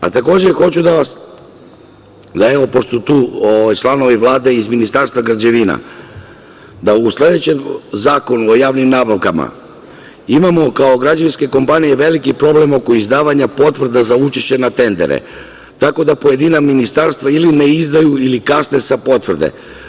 Pošto su tu članovi Vlade i iz Ministarstva građevinarstva, da u sledećem Zakonu o javnim nabavkama imamo kao građevinske kompanije veliki problem oko izdavanja potvrda za učešće na tendere, tako da pojedina ministarstva ili ne izdaju ili kasne sa potvrdama.